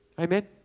Amen